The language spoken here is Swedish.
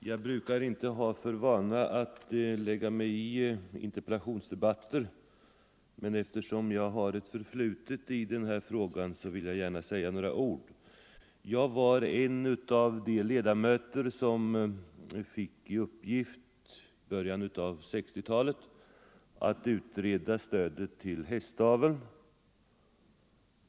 Herr talman! Jag har inte för vana att lägga mig i interpellationsdebatter, men eftersom jag har ett förflutet i denna fråga vill jag gärna säga några ord. Jag var en av de ledamöter som i början av 1960-talet fick i uppgift att utreda frågan om stödet till hästaveln.